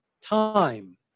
time